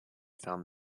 found